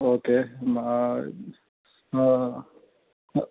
okay നാ നാ അ